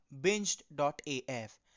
binged.af